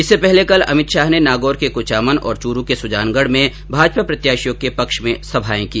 इससे पहले कल अमित शाह ने नागौर के क्चामन और चुरू के सुजानगढ में भाजपा प्रत्याशियों के पक्ष में सभाए की